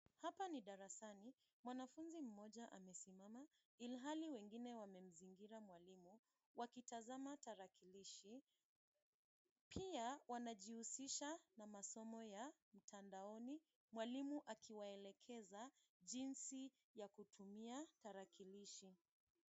Hapa ni darasani. Mwanafunzi mmoja amesimama ilhali wengine wamemzingira mwalimu wakitazama tarakilishi. Pia wanajihusisha na masomo ya mtandaoni mwalimu akiwaelekeza jinsi ya kutumia tarakilishi.